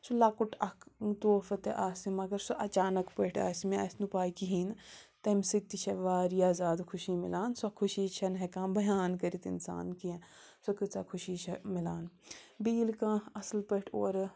سُہ لۄکُٹ اَکھ تحفہٕ تہِ آسہِ مگر سُہ اَچانَک پٲٹھۍ آسہِ مےٚ آسہِ نہٕ پَے کِہیٖنۍ نہٕ تَمہِ سۭتۍ تہِ چھےٚ واریاہ زیادٕ خوشی مِلان سۄ خوشی چھَنہٕ ہٮ۪کان بیان کٔرِتھ اِنسان کیٚنٛہہ سۄ کۭژاہ خوشی چھےٚ مِلان بیٚیہِ ییٚلہِ کانٛہہ اَصٕل پٲٹھۍ اورٕ